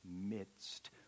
midst